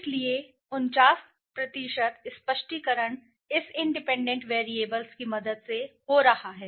इसलिए 49 स्पष्टीकरण इस इंडिपेंडेंट वैरिएबल्स की मदद से हो रहा है